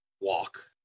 walk